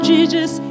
Jesus